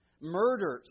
murders